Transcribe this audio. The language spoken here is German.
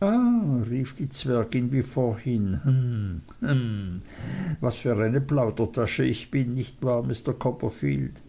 rief die zwergin wie vorhin hem hem was für eine plaudertasche ich bin nicht wahr mr copperfield